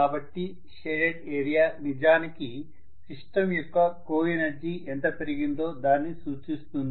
కాబట్టి shaded area నిజానికి system యొక్క కోఎనర్జీ ఎంత పెరిగిందో దానిని సూచిస్తుంది